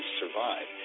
survive